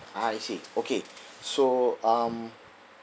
ah I see okay so um